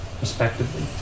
respectively